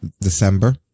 December